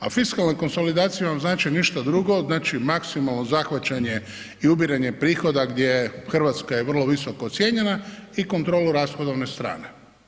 A fiskalna konsolidacija vam znači ništa drugo, znači maksimalno zahvaćanje i ubiranje prihoda gdje Hrvatska je vrlo visoko ocjenjena i kontrolu rashodovne strane.